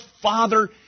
Father